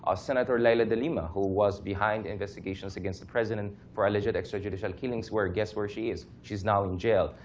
ah senator leyla de lima, who was behind investigations against the president for alleged extrajudicial killings where, guess where she is? she is now in jail.